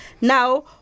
Now